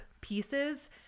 pieces